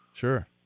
Sure